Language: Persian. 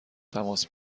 تماس